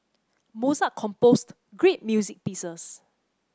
Mozart composed great music pieces